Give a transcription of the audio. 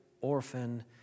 orphan